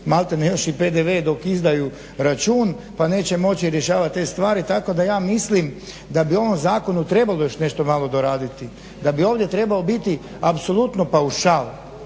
maltene još i PDV dok izdaju račun pa neće moći rješavati te stvari. Tako da ja mislim da bi ovom zakonu trebalo još nešto malo doraditi, da bi ovdje trebao biti apsolutno paušal,